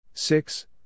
Six